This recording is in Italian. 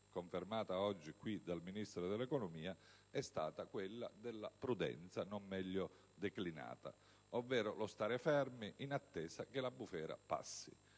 confermata qui oggi dal Ministro dell'economia e delle finanze, è stata quella della prudenza, non meglio declinata: ovvero lo stare fermi in attesa che la bufera passi.